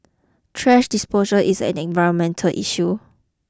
trash disposal is an environmental issue